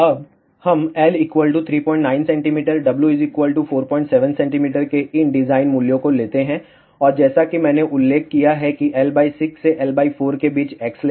अब हम L 39 cm W 47 cm के इन डिज़ाइन मूल्यों को लेते हैं और जैसा कि मैंने उल्लेख किया है कि L6 से L4 के बीच x लें